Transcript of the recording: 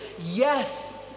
yes